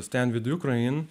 stend vit jukrain